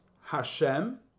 Hashem